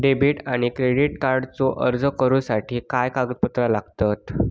Debit आणि credit कार्डचो अर्ज करुच्यासाठी काय कागदपत्र लागतत?